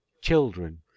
children